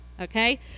okay